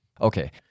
Okay